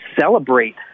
celebrate